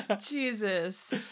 Jesus